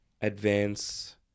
advance